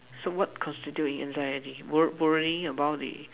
so what constitute anxiety worrying about the